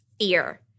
fear